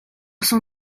son